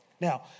Now